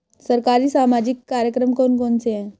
सरकारी सामाजिक कार्यक्रम कौन कौन से हैं?